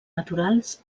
naturals